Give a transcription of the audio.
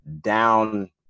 down